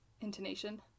intonation